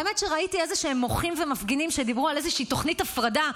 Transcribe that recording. האמת שראיתי איזשהם מוחים ומפגינים שדיברו על איזושהי תוכנית הפרדה,